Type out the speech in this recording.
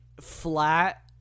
flat